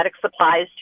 supplies